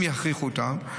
אם יכריחו אותה,